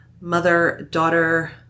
mother-daughter